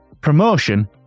Promotion